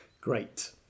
Great